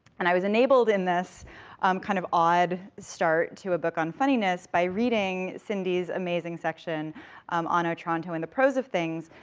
and i was enabled in this kind of odd start to a book on funniness by reading cindy's amazing section on otranto in the prose of things,